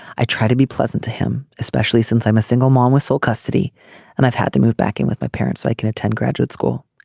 i try to be pleasant to him especially since i'm a single mom with sole custody and i've had to move back in with my parents so i can attend graduate school.